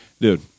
dude